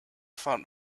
font